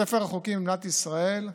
ספר החוקים במדינת ישראל,